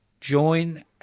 join